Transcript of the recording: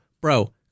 bro